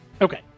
Okay